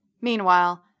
Meanwhile